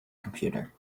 computer